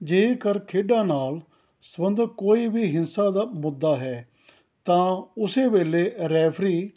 ਜੇਕਰ ਖੇਡਾਂ ਨਾਲ ਸਬੰਧਿਤ ਕੋਈ ਵੀ ਹਿੰਸਾ ਦਾ ਮੁੱਦਾ ਹੈ ਤਾਂ ਉਸੇ ਵੇਲੇ ਰੈਫ਼ਰੀ